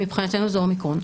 מבחינתנו זה אומיקרון,